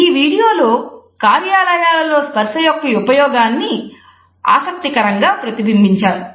ఈ వీడియోలో కార్యాలయాలలో స్పర్స యొక్క ఉపయోగాన్ని ఆసక్తికరంగా ప్రతిబింబించారు